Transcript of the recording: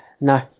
no